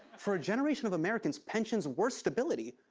for a generation of americans, pensions were stability,